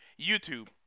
YouTube